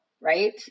right